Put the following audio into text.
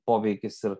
poveikis ir